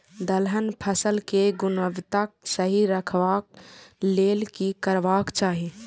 दलहन फसल केय गुणवत्ता सही रखवाक लेल की करबाक चाहि?